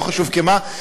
לא חשוב כמה,